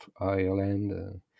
Ireland